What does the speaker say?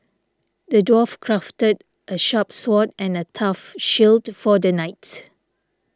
the dwarf crafted a sharp sword and a tough shield for the knight